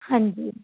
ਹਾਂਜੀ